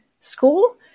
school